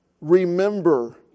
Remember